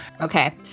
Okay